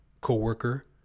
co-worker